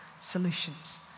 solutions